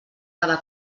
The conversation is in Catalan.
cada